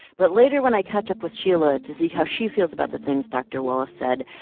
but later, when i catch up with sheila to see how she feels about the things dr. wallace said,